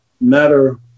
matter